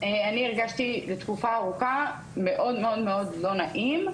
אני הרגשתי במשך תקופה ארוכה מאוד מאוד לא נעים,